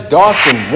Dawson